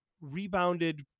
rebounded